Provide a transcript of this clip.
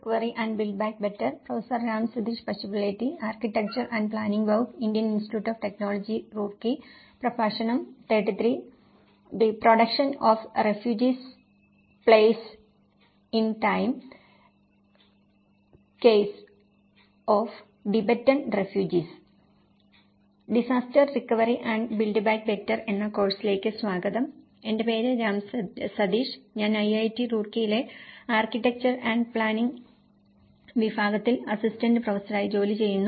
course disaster recovery and build back better എന്ന കോഴ്സിലേക്ക് സ്വാഗതം എന്റെ പേര് രാം സതീഷ് ഞാൻ ഐഐടി റൂർക്കിയിലെ ആർക്കിടെക്ചർ ആന്റ് പ്ലാനിംഗ് വിഭാഗത്തിൽ അസിസ്റ്റന്റ് പ്രൊഫസറായി ജോലി ചെയ്യുന്നു